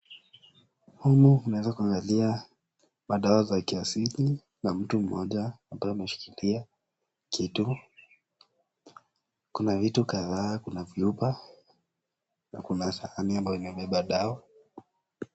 Humu unaweza kuangalia madawa za kiasili na mtu mmoja ambaye ameshikilia kitu. Kuna vitu kadhaa kuna vyumba na kuna sahani ambayo imebeba dawa.